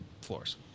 floors